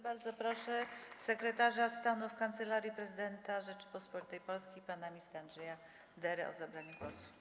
Bardzo proszę sekretarza stanu w Kancelarii Prezydenta Rzeczypospolitej Polskiej pana ministra Andrzeja Derę o zabranie głosu.